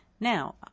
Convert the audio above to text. Now